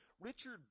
Richard